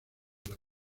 amor